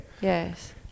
Yes